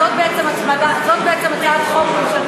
זאת בעצם הצעת חוק פרטית,